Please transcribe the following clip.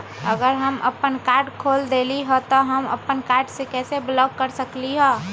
अगर हम अपन कार्ड खो देली ह त हम अपन कार्ड के कैसे ब्लॉक कर सकली ह?